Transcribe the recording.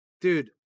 dude